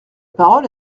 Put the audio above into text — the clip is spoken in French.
parole